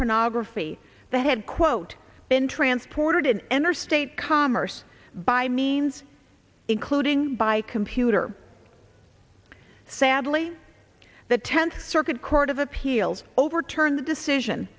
pornography the head quote been transported in interstate commerce by means including by computer sadly the tenth circuit court of appeals overturn the decision